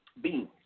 beans